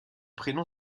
prénom